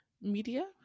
media